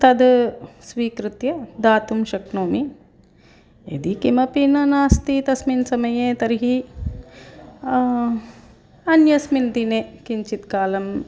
तद् स्वीकृत्य दातुं शक्नोमि यदि किमपि न नास्ति तस्मिन् समये तर्हि अन्यस्मिन् दिने किञ्चित् कालम्